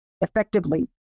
effectively